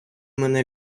мене